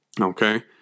Okay